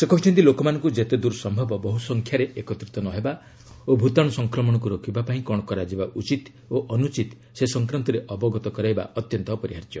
ସେ କହିଛନ୍ତି ଲୋକମାନଙ୍କୁ ଯେତେଦ୍ୱର ସମ୍ଭବ ବହୁ ସଂଖ୍ୟାରେ ଏକତ୍ରିତ ନ ହେବା ଓ ଭୂତାଣୁ ସଂକ୍ରମଣକୁ ରୋକିବା ପାଇଁ କ'ଣ କରାଯିବା ଉଚିତ୍ ଓ ଅନୁଚିତ୍ ସେ ସଂକ୍ରାନ୍ତରେ ଅବଗତ କରାଇବା ଅତ୍ୟନ୍ତ ଅପରିହାର୍ଯ୍ୟ